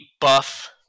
buff